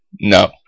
No